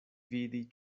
vidi